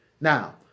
Now